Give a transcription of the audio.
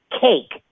Cake